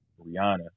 Rihanna